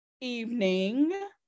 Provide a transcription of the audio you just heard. evening